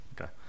Okay